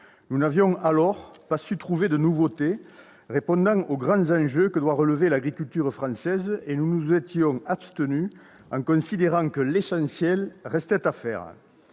Nous n'avions pas su alors trouver les nouveautés répondant aux grands enjeux que l'agriculture française doit relever et nous étions abstenus en considérant que l'essentiel restait à faire.